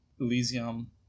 elysium